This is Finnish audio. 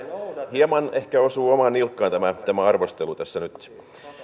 hieman ehkä osuu omaan nilkkaan tämä arvostelu tässä nyt